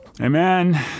Amen